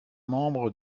membre